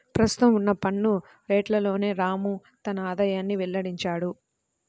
ప్రస్తుతం ఉన్న పన్ను రేట్లలోనే రాము తన ఆదాయాన్ని వెల్లడించాడు